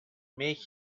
make